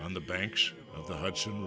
on the banks of the hudson